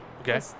Okay